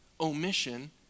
omission